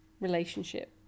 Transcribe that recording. relationship